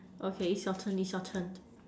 okay is your turn is your turn